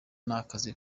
n’akazi